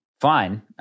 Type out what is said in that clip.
Fine